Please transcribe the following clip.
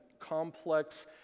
complex